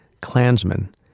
Klansmen